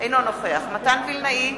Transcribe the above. אינו נוכח מתן וילנאי,